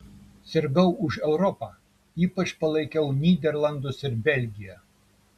sirgau už europą ypač palaikiau nyderlandus ir belgiją